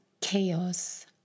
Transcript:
chaos